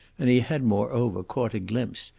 and he had moreover caught a glimpse,